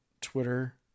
Twitter